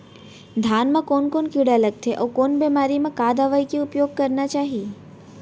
धान म कोन कोन कीड़ा लगथे अऊ कोन बेमारी म का दवई के उपयोग करना चाही?